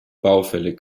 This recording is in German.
baufällig